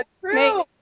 true